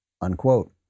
Unquote